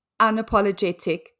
unapologetic